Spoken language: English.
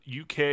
UK